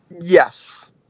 Yes